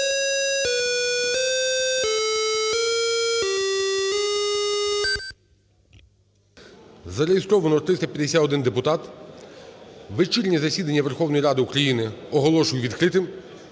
Зареєстровано 351 депутат. Вечірнє засідання Верховної Ради України оголошую відкритим.